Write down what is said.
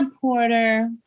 Porter